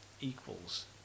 equals